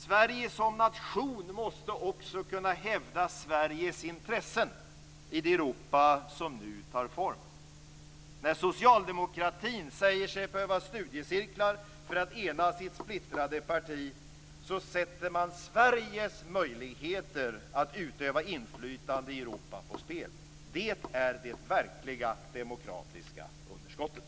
Sverige som nation måste också kunna hävda Sveriges intressen i det Europa som nu tar form. När socialdemokratin säger sig behöva studiecirklar för att ena sitt splittrade parti, sätter man Sveriges möjligheter att utöva inflytande i Europa på spel. Det är det verkliga demokratiska underskottet.